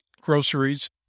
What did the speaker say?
groceries